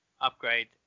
upgrade